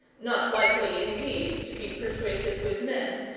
not likely, indeed, to be persuasive with men,